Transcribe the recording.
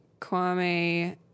Kwame